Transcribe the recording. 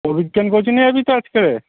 অভিজ্ঞান কোচিংয়ে যাবি তো আজকে